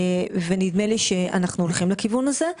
ונדמה לי שאנחנו הולכים לכיוון הזה,